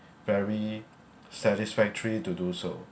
very satisfactory to do so